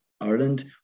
Ireland